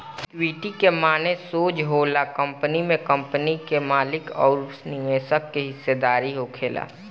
equity के माने सोज होला कंपनी में कंपनी के मालिक अउर निवेशक के हिस्सेदारी होखल